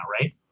right